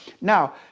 Now